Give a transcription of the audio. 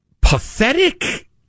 pathetic